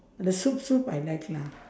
the soup soup I like lah